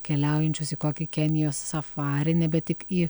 keliaujančius į kokį kenijos safarį nebe tik į